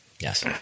Yes